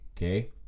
Okay